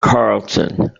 carleton